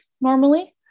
normally